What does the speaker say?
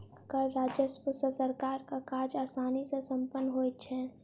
कर राजस्व सॅ सरकारक काज आसानी सॅ सम्पन्न होइत छै